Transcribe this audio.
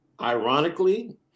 Ironically